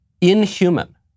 inhuman